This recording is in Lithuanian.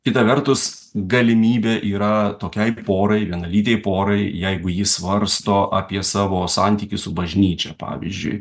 kita vertus galimybė yra tokiai porai vienalytei porai jeigu ji svarsto apie savo santykį su bažnyčia pavyzdžiui